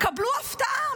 קבלו הפתעה,